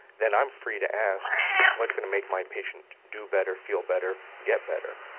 then i'm free to ask what's going to make my patient do better, feel better, get better'?